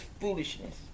foolishness